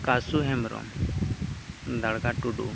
ᱠᱟᱹᱥᱩ ᱦᱮᱢᱵᱨᱚᱢ ᱫᱟᱬᱜᱟ ᱴᱩᱰᱩ